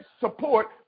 support